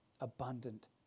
abundant